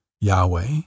Yahweh